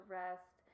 rest